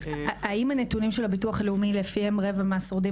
האם הנתונים של הביטוח הלאומי לפיהם רבע מהשורדים